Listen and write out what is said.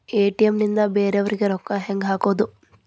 ATM ನಿಂದ ಬೇರೆಯವರಿಗೆ ರೊಕ್ಕ ಹೆಂಗ್ ಹಾಕೋದು?